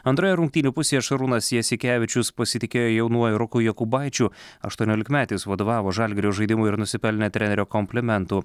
antroje rungtynių pusėje šarūnas jasikevičius pasitikėjo jaunuoju roku jokubaičiu aštuoniolikmetis vadovavo žalgirio žaidimui ir nusipelnė trenerio komplimentų